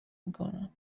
میکنم